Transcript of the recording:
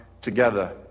together